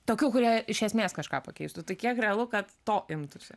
tokių kurie iš esmės kažką pakeistų tai kiek realu kad to imtųsi